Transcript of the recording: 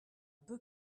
peu